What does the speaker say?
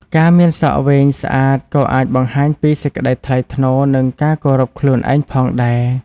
ការមានសក់វែងស្អាតក៏អាចបង្ហាញពី សេចក្តីថ្លៃថ្នូរ និងការគោរពខ្លួនឯង ផងដែរ។